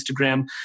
Instagram